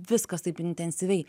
viskas taip intensyviai